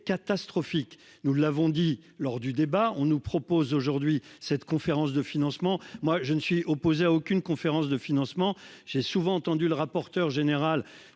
Nous l'avons dit lors du débat, on nous propose aujourd'hui. Cette conférence de financement. Moi je ne suis opposé à aucune conférence de financement. J'ai souvent entendu le rapporteur général